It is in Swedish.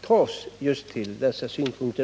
Torsdagen den kommer att tas till dessa synpunkter.